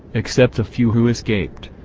except a few who escaped.